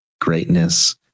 greatness